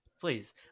Please